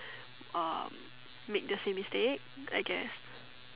um make the same mistake I guess